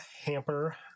hamper